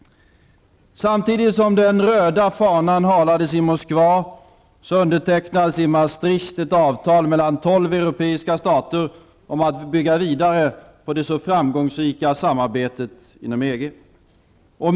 Samtidigt som den röda fanan halades i Moskva, undertecknades i Maastricht ett avtal mellan tolv europeiska stater om att bygga vidare på det så framgångsrika samarbetet inom EG.